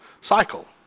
cycle